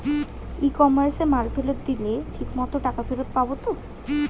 ই কমার্সে মাল ফেরত দিলে ঠিক মতো টাকা ফেরত পাব তো?